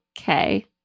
okay